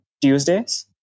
Tuesdays